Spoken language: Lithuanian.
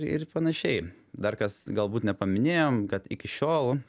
ir panašiai dar kas galbūt ne paminėjom kad iki šiol